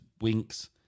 Winks